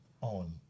on